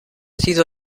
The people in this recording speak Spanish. sido